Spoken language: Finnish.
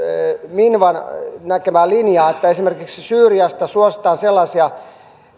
minvan näkemää linjaa että esimerkiksi syyriasta suositaan tänne sellaisia